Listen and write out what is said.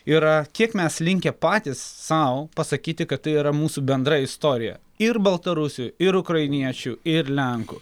yra kiek mes linkę patys sau pasakyti kad tai yra mūsų bendra istorija ir baltarusių ir ukrainiečių ir lenkų